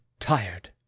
Tired